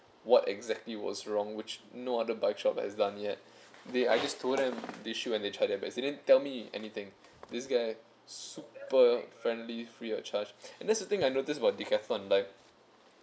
what exactly was wrong which no other bike shop has done yet they I just told them the issue and they tried their best they didn't tell me anything this guy super friendly free of charge and that's the thing I noticed about Decathlon like